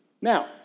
Now